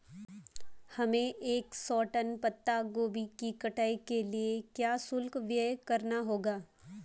हमें एक सौ टन पत्ता गोभी की कटाई के लिए क्या शुल्क व्यय करना होगा?